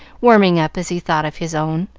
warming up as he thought of his own,